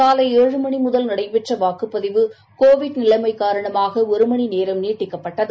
காலை ஏழு மணிமுதல் நடைபெற்றவாக்குப்பதிவு கோவிட் நிலைமைகாரணமாகஒருமணிநேரம் நீட்டிக்கப்பட்டது